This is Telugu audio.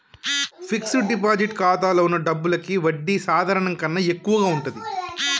ఫిక్స్డ్ డిపాజిట్ ఖాతాలో వున్న డబ్బులకి వడ్డీ సాధారణం కన్నా ఎక్కువగా ఉంటది